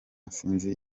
sinzi